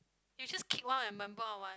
you just kick one of your member out what